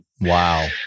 wow